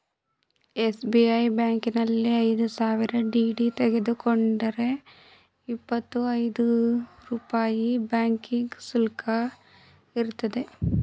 SBI ಬ್ಯಾಂಕಿನಲ್ಲಿ ಐದು ಸಾವಿರ ಡಿ.ಡಿ ತೆಗೆದುಕೊಂಡರೆ ಇಪ್ಪತ್ತಾ ಐದು ರೂಪಾಯಿ ಬ್ಯಾಂಕಿಂಗ್ ಶುಲ್ಕ ಇರುತ್ತದೆ